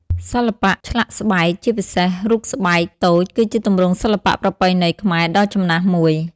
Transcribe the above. សិល្បៈឆ្លាក់ស្បែក ជាពិសេស រូបស្បែកតូចគឺជាទម្រង់សិល្បៈប្រពៃណីខ្មែរដ៏ចំណាស់មួយ។